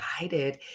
guided